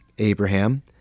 Abraham